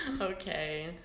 Okay